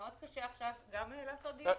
מאוד קשה עכשיו גם לקיים דיונים.